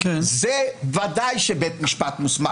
זה ודאי שבית משפט מוסמך לפסול.